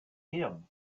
him